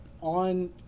on